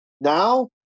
Now